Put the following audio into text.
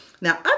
Now